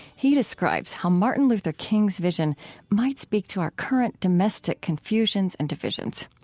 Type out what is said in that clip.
he describes how martin luther king's vision might speak to our current domestic confusions and divisions.